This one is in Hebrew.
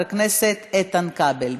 חבר הכנסת איתן כבל.